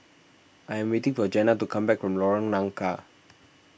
I am waiting for Jena to come back from Lorong Nangka